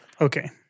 Okay